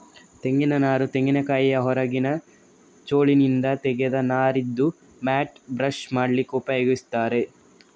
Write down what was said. ತೆಂಗಿನ ನಾರು ತೆಂಗಿನಕಾಯಿಯ ಹೊರಗಿನ ಚೋಲಿನಿಂದ ತೆಗೆದ ನಾರಾಗಿದ್ದು ಮ್ಯಾಟ್, ಬ್ರಷ್ ಮಾಡ್ಲಿಕ್ಕೆ ಉಪಯೋಗಿಸ್ತಾರೆ